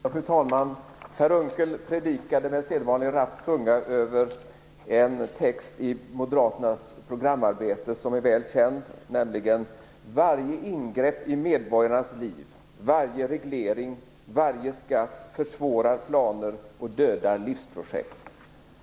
Fru talman! Per Unckel predikade med sedvanlig rapp tunga över en text i Moderaternas programarbete som är väl känd: Varje ingrepp i medborgarnas liv, varje reglering, varje skatt försvårar planer och dödar livsprojekt.